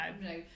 no